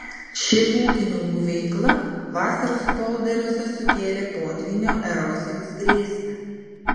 ši ūkininkų veikla vasaros polderiuose sukėlė potvynio erozijos grėsmę